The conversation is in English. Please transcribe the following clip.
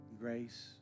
grace